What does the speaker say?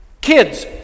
Kids